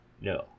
No